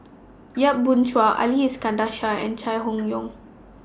Yap Boon Chuan Ali Iskandar Shah and Chai Hon Yoong